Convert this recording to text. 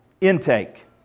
Intake